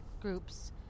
groups